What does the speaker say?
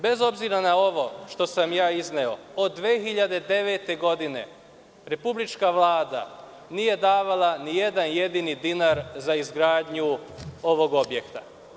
Bez obzira na ovo što sam izneo, od 2009. godine, Republička Vlada nije davala ni jedan jedini dinar za izgradnju ovog objekta.